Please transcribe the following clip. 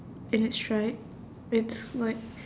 and it's stripe it's like